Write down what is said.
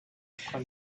tyndall